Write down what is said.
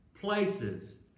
places